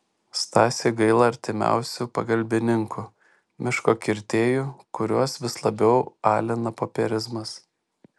stasiui gaila artimiausių pagalbininkų miško kirtėjų kuriuos vis labiau alina popierizmas